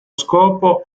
scopo